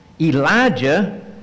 Elijah